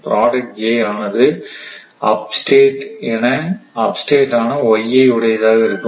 product j ஆனது up state ஆன உடையதாக இருக்கும்